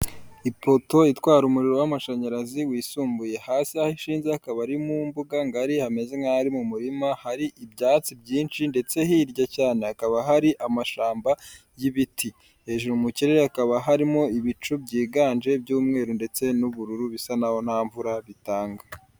Ipoto itwara umuriro w'amashanyarazi wisumbuye. Hasi aho ishinze akaba ari mu mbuga ngari, hameze nk'aho ari mu murima, hari ibyatsi byinshi ndetse hirya cyane hakaba hari amashyamba y'ibiti. Hejuru mu kirere hakaba harimo ibicu byiganje by'umweru ndetse n'ubururu, bisa n'aho nta mvura bitanga.